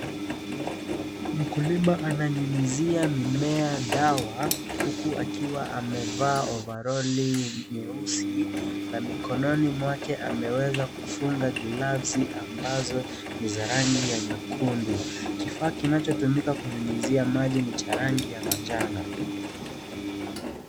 Mkulima ananyunyuzia mimea dawa, huku akiwa amevaa overlon nyeusi, na mikononi mwake, ameweza kufunga gloves ambazo ni za rangi ya nyekundu. Kifaa kinachotumika kunyunyuzia maji ,ni cha rangi ya manjano.